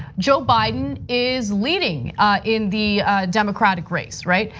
joe biden is leading in the democratic race, right?